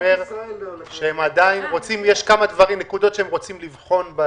לעניין מי שהשתחרר משירות סדיר על פי חוק שירות ביטחון,